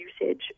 usage